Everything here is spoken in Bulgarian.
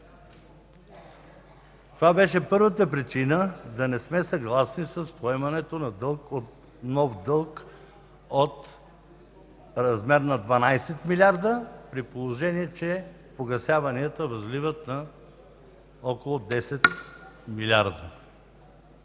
Това беше първата причина да не сме съгласни с поемането на нов дълг в размер на 12 милиарда, при положение че погасяванията възлизат на около 10 милиарда.